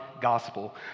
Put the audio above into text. gospel